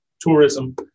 tourism